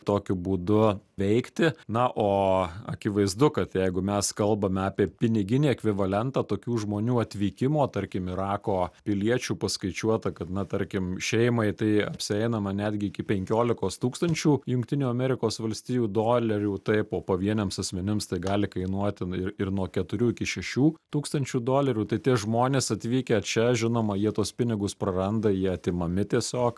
tokiu būdu veikti na o akivaizdu kad jeigu mes kalbame apie piniginį ekvivalentą tokių žmonių atvykimo tarkim irako piliečių paskaičiuota kad na tarkim šeimai tai apsieinama netgi iki penkiolikos tūkstančių jungtinių amerikos valstijų dolerių taip o pavieniams asmenims tai gali kainuot ten ir ir nuo keturių iki šešių tūkstančių dolerių tai tie žmonės atvykę čia žinoma jie tuos pinigus praranda jie atimami tiesiog